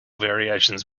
variations